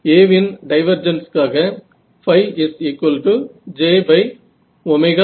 A வின் டைவர்ஜென்ஸ்க்காக j00